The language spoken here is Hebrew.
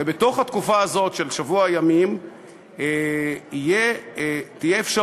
ובתוך התקופה הזאת של שבוע ימים תהיה אפשרות